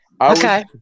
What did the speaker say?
okay